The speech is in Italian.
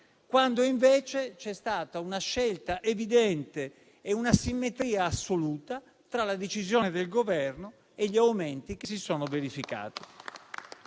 quando invece c'è stata una scelta evidente e una simmetria assoluta tra la decisione del Governo e gli aumenti che si sono verificati.